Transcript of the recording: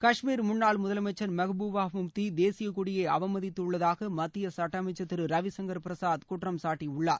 காஷ்மீர் முன்னாள் முதலமைச்சர் மெகபூபா முப்தி தேசியக்கொடியை அவமத்தித்துள்ளதாக மத்திய சட்ட அமைச்சர் திருரவிசங்கர் பிரசாத் குற்றம் சாட்டியுள்ளார்